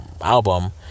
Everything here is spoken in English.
album